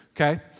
okay